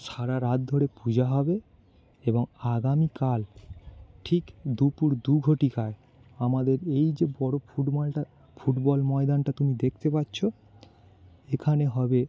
সারা রাত ধরে পূজা হবে এবং আগামীকাল ঠিক দুপুর দু ঘটিকায় আমাদের এই যে বড় ফুটবলটা ফুটবল ময়দানটা তুমি দেখতে পাচ্ছো এখানে হবে